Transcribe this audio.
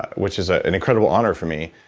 which is ah an incredible honor for me.